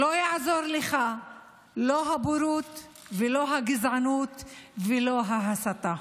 לא יעזרו לך לא הבורות, לא הגזענות ולא ההסתה.